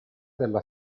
della